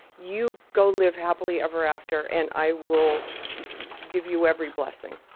you go live happily ever after and i will give you every blessing.